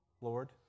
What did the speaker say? Lord